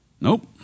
Nope